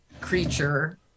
creature